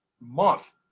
month